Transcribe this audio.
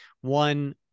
one